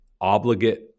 obligate